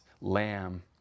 lamb